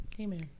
Amen